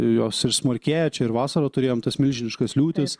jos ir smarkėja čia ir vasarą turėjom tas milžiniškas liūtis